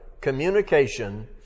communication